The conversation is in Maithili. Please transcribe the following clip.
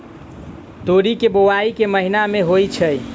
तोरी केँ बोवाई केँ महीना मे होइ छैय?